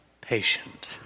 patient